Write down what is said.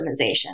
optimization